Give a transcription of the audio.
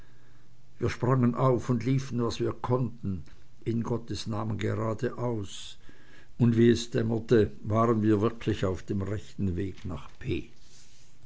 wir sprangen auf und liefen was wir konnten in gottes namen gerade aus und wie es dämmerte waren wir wirklich auf dem rechten wege nach p